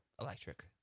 electric